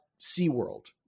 SeaWorld